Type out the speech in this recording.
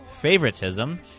favoritism